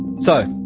so,